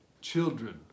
children